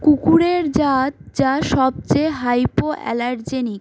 কুকুরের জাত যা সবচেয়ে হাইপোঅ্যালার্জেনিক